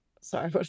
sorry